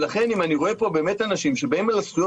ולכן אם אני רואה פה באמת אנשים שבאים על זכויות